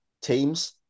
teams